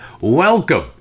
welcome